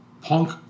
Punk